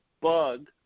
bug